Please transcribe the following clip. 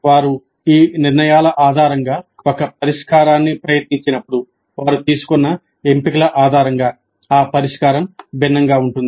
వారు ఈ నిర్ణయాల ఆధారంగా ఒక పరిష్కారాన్ని ప్రయత్నించినప్పుడు వారు తీసుకున్న ఎంపికల ఆధారంగా ఆ పరిష్కారం భిన్నంగా ఉంటుంది